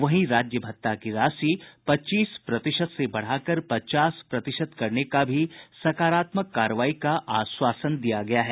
वहीं राज्य भत्ता की राशि पच्चीस प्रतिशत से बढ़ाकर पचास प्रतिशत करने का भी सकारात्मक कार्रवाई का आश्वासन दिया गया है